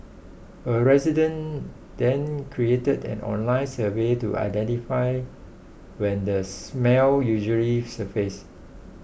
a resident then created an online survey to identify when the smell usually surfaces